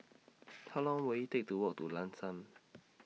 How Long Will IT Take to Walk to Lam San